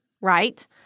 right